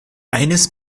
eines